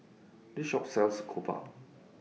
This Shop sells Jokbal